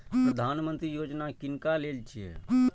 प्रधानमंत्री यौजना किनका लेल छिए?